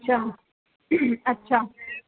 اچھا اچھا